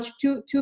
two